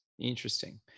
Interesting